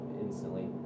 instantly